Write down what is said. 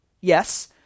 yes